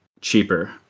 cheaper